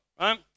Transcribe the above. right